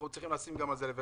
אנחנו צריכים לשים גם על זה לב.